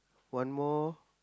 one more